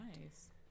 nice